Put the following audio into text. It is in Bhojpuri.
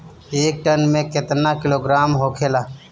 एक टन मे केतना किलोग्राम होखेला?